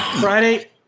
Friday